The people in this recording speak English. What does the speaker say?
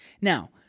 Now